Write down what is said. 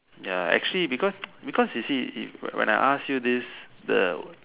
ya actually because because you see if when when I asked you this the